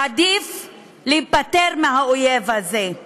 עדיף להיפטר מהאויב הזה.